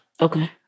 Okay